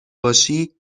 باشی